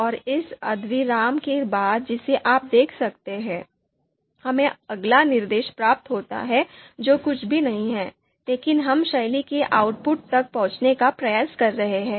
और इस अर्धविराम के बाद जिसे आप देख सकते हैं हमें अगला निर्देश प्राप्त होता है जो कुछ भी नहीं है लेकिन हम शैली के आउटपुट तक पहुंचने का प्रयास कर रहे हैं